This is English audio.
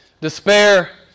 Despair